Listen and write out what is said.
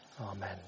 Amen